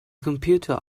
computer